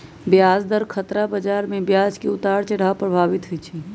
ब्याज दर खतरा बजार में ब्याज के उतार चढ़ाव प्रभावित होइ छइ